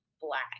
black